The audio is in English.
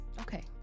Okay